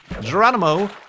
Geronimo